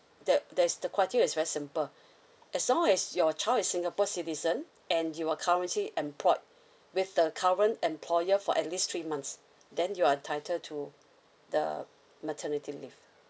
there there is the is very simple as long as your child is singapore citizen and you are currently employed with the current employer for at least three months then you're entitled to the maternity leave